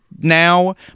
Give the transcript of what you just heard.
now